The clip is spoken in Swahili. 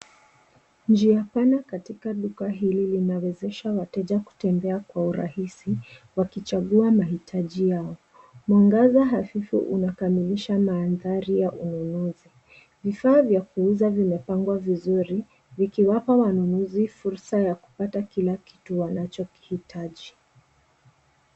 Njia pana katika duka hili linawezesha wateja kutembea kwa urahisi wakichagua mahitaji yao. Mwangaza hafifu unakamilisha mandhari ya ununuzi. Vifaa vya kuuza vimepangwa vizuri viki wapa wanunuzi fursa ya kupata kila kitu wanacho kihitaji.